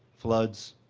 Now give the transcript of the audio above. floods,